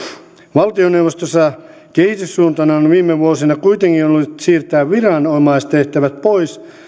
valtioneuvostossa kehityssuuntana on viime vuosina kuitenkin ollut siirtää viranomaistehtävät pois